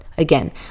Again